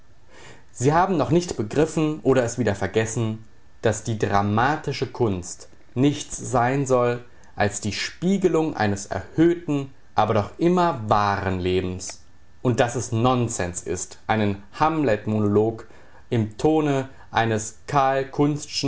sie haben noch nicht begriffen oder es wieder vergessen daß die dramatische kunst nichts sein soll als die spiegelung eines erhöhten aber doch immer wahren lebens und daß es nonsens ist einen hamlet monolog im tone eines karl